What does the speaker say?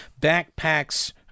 backpacks